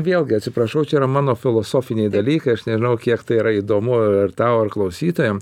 vėlgi atsiprašau čia yra mano filosofiniai dalykai aš nežinau kiek tai yra įdomu ar tau ar klausytojam